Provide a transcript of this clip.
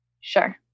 Sure